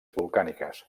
volcàniques